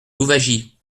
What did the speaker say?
louwagie